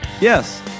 Yes